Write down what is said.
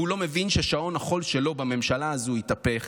והוא לא מבין ששעון החול שלו בממשלה הזאת התהפך,